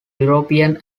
european